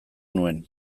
nuen